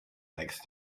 next